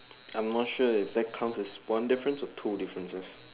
I am not sure if that comes with one difference or two differences